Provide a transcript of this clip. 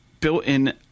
Built-in